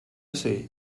say